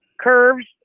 Curves